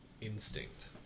instinct